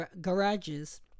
garages